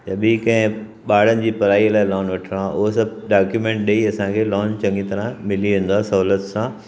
या ॿी के ॿारनि जी पढ़ाई लाइ लोन वठिणो आहे उहो सभु डॉक्यूमेंट ॾेई असांखे लोन चङी तरह मिली वेंदो आहे सहूलियत सां